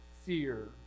fear